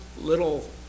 little